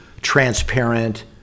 transparent